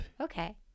Okay